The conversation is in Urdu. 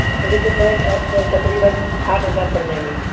پرائز آپ کا تقریباً آٹھ ہزار پڑ جائیں گے